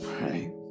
Right